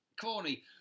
corny